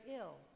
ill